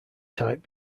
type